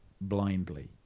blindly